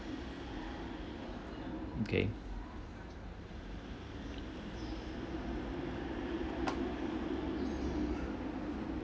okay